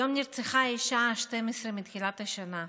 היום נרצחה האישה ה-12 מתחילת השנה.